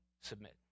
submit